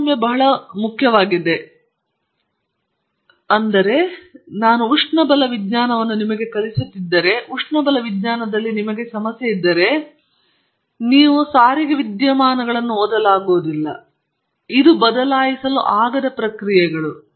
ತಾರತಮ್ಯ ಬಹಳ ಮುಖ್ಯವಾಗಿದೆ ಏಕೆಂದರೆ ನಾನು ಉಷ್ಣಬಲ ವಿಜ್ಞಾನವನ್ನು ನಿಮಗೆ ಕಲಿಸುತ್ತಿದ್ದರೆ ಮತ್ತು ಉಷ್ಣಬಲ ವಿಜ್ಞಾನದಲ್ಲಿ ನಿಮಗೆ ಸಮಸ್ಯೆ ಇದ್ದರೆ ನೀವು ಸಾರಿಗೆ ವಿದ್ಯಮಾನಗಳನ್ನು ಓದಲಾಗುವುದಿಲ್ಲ ಇದು ಬದಲಾಯಿಸಲಾಗದ ಪ್ರಕ್ರಿಯೆಗಳು